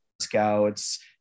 scouts